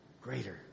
greater